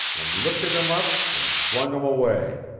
and lifted him up and flung him away.